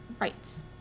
rights